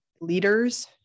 leaders